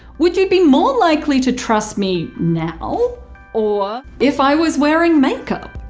would you be more likely to trust me now or if i was wearing makeup?